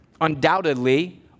Undoubtedly